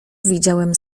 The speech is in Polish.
widziałem